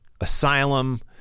Asylum